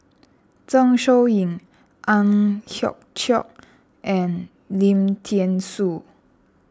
Zeng Shouyin Ang Hiong Chiok and Lim thean Soo